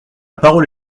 parole